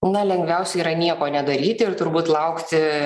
na lengviausia yra nieko nedaryti ir turbūt laukti